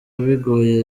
bigoye